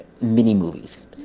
mini-movies